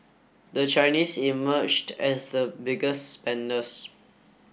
the Chinese emerged as the biggest spenders